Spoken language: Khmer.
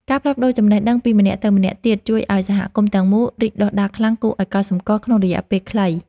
ការផ្លាស់ប្តូរចំណេះដឹងពីម្នាក់ទៅម្នាក់ទៀតជួយឱ្យសហគមន៍ទាំងមូលរីកដុះដាលខ្លាំងគួរឱ្យកត់សម្គាល់ក្នុងរយៈពេលខ្លី។